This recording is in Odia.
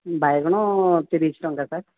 ବାଇଗଣ ତିରିଶି ଟଙ୍କା ସାର୍